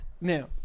new